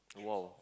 !wow!